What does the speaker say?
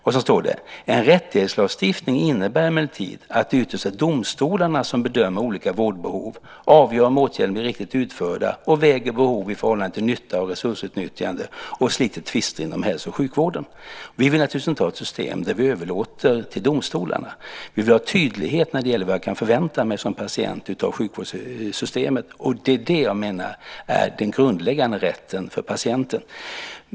Och så står det: En rättighetslagstiftning innebär emellertid att det ytterst är domstolarna som bedömer olika vårdbehov, avgör om åtgärder blir riktigt utförda och väger behov i förhållande till nytta och resursutnyttjande och sliter tvister inom hälso och sjukvården. Vi vill naturligtvis inte ha ett system där vi överlåter det till domstolarna. Vi vill ha tydlighet i vad man kan förvänta sig som patient av sjukvårdssystemet. Det är det jag menar är den grundläggande rätten för patienten.